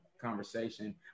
conversation